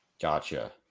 gotcha